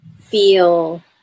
feel